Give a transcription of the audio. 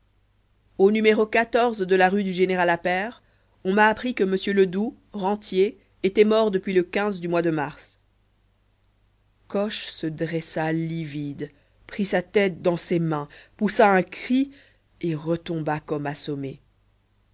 au numéro de la rue du général appert on m'a appris que m ledoux rentier était mort depuis le du mois de mars coche se dressa livide prit sa tête dans ses mains poussa un cri et retomba comme assommé